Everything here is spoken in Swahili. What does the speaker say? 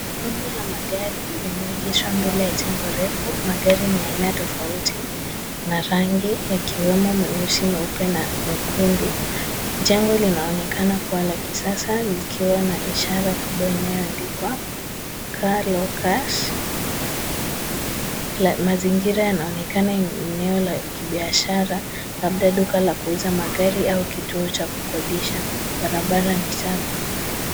Rundo la magari yameegeshwa mbele ya jengo refu. Magari ni aina tofauti na rangi yakiwemo meusi, meupe na mekundu. Jengo linaonekana kuwa la kisasa likiwa na ishara kubwa inayoandikwa Car Lockers . Mazingira yanaonekana eneo la kibiashara, labda duka la kuuza magari, au kituo cha kukodisha. Barabara ni safi.